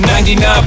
99